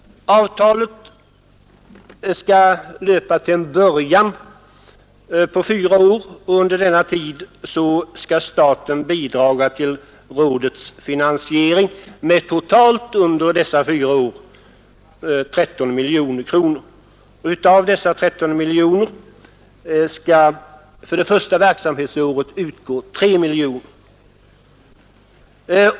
Avtalet skall till en början löpa på fyra år, och under denna tid skall staten bidra till rådets finansiering med totalt 13 miljoner kronor. Av dessa 13 miljoner skall för det första verksamhetsåret utgå 3 miljoner.